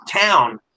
town